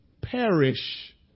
perish